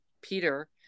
Peter